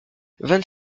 vingt